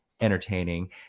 entertaining